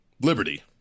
Liberty